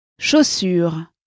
Chaussures